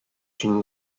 une